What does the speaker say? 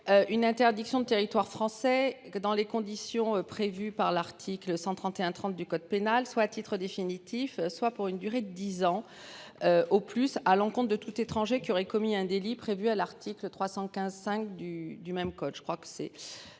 Une interdiction de territoire français que dans les conditions prévues par l'article 131 30 du code pénal soit à titre définitif, soit pour une durée de 10 ans. Au plus à l'compte de tout étranger qui aurait commis un délit prévu à l'article 315 5 du, du même code je crois que c'est